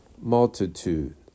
multitude